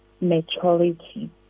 maturity